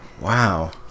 Wow